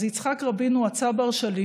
אז יצחק רבין הוא הצבר שלי,